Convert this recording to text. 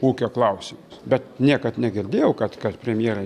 ūkio klausimus bet niekad negirdėjau kad kad premjerai